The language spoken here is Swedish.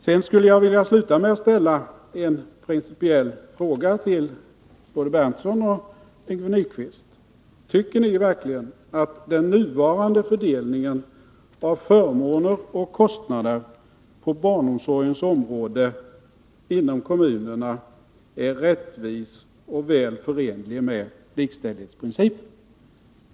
Jag skulle vilja avsluta med att ställa en principiell fråga till både Nils Berndtson och Yngve Nyquist. Tycker ni verkligen att den nuvarande fördelningen av förmåner och kostnader på barnomsorgens område inom kommunerna är rättvis och väl förenlig med likställighetsprincipen?